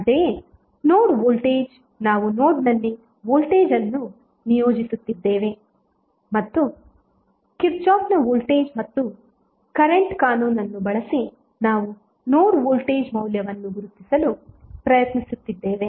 ಅಂತೆಯೇ node voltage ನಾವು ನೋಡ್ನಲ್ಲಿ ವೋಲ್ಟೇಜ್ ಅನ್ನು ನಿಯೋಜಿಸುತ್ತಿದ್ದೇವೆ ಮತ್ತು ಕಿರ್ಚಾಫ್ನ ವೋಲ್ಟೇಜ್ ಮತ್ತು ಕರೆಂಟ್ ಕಾನೂನನ್ನು ಬಳಸಿ ನಾವು ನೋಡ್ ವೋಲ್ಟೇಜ್ ಮೌಲ್ಯವನ್ನು ಗುರುತಿಸಲು ಪ್ರಯತ್ನಿಸುತ್ತಿದ್ದೇವೆ